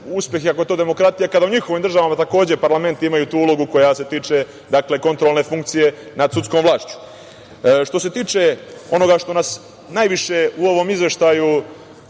uspeh i kako je to demokratija, kad u njihovim državama takođe parlament ima tu ulogu koja se tiče kontrolne funkcije nad sudskom vlašću. Što se tiče onoga što nas najviše u ovom izveštaju